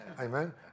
Amen